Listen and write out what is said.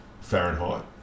Fahrenheit